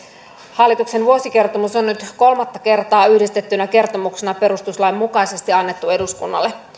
hallituksen vuosikertomus on nyt kolmatta kertaa yhdistettynä kertomuksena perustuslain mukaisesti annettu eduskunnalle